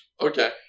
okay